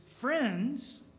friends